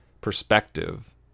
perspective